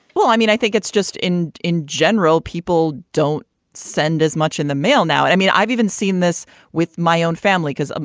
well, i mean, i think it's just in in general, people don't send as much in the mail now. and i mean, i've even seen this with my own family because, um